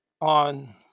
on